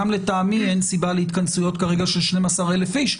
גם לטעמי אין סיבה להתכנסויות כרגע של 12,000 איש,